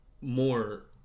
More